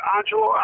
Angelo